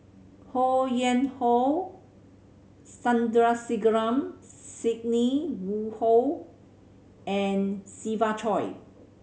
Ho Yuen Hoe Sandrasegaran Sidney Woodhull and Siva Choy